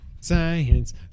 Science